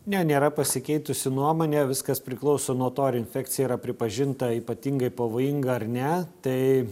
ne nėra pasikeitusi nuomonė viskas priklauso nuo to ar infekcija yra pripažinta ypatingai pavojinga ar ne tai